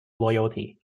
loyalty